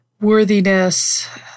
worthiness